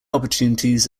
opportunities